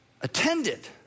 attended